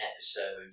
episode